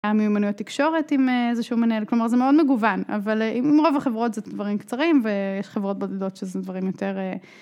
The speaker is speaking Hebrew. מימנויות תקשורת עם איזה שהוא מנהל, כלומר זה מאוד מגוון, אבל עם רוב החברות זה דברים קצרים ויש חברות בודדות שזה דברים יותר.